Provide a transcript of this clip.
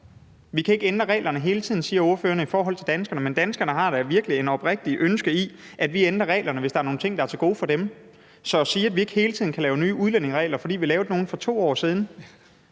Vi kan ikke ændre reglerne hele tiden, siger ordføreren, i forhold til danskerne. Men danskerne har da virkelig et oprigtigt ønske i forhold til, at vi ændrer reglerne, hvis der er nogle ting, der er til gode for dem. Så at sige, at vi ikke hele tiden kan lave nye udlændingeregler, fordi vi lavede nogle for 2 år siden,